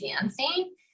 dancing